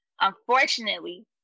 unfortunately